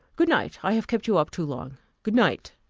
good night i have kept you up too long good night!